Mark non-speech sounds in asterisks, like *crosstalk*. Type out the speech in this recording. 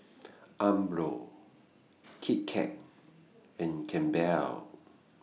*noise* Umbro Kit *noise* Kat and Campbell's